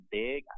big